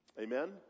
Amen